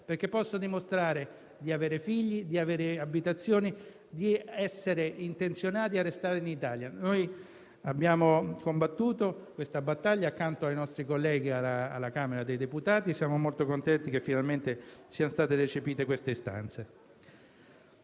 perché possono dimostrare di avere figli, di possedere abitazioni, di essere intenzionati a rimanere in Italia. Noi abbiamo combattuto questa battaglia accanto ai nostri colleghi alla Camera dei deputati e siamo molto contenti che finalmente siano state recepite le relative istanze.